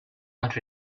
not